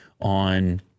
on